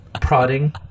Prodding